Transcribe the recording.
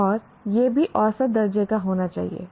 और यह भी औसत दर्जे का होना चाहिए